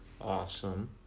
awesome